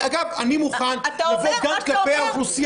אני מוכן לבוא גם כלפי האוכלוסייה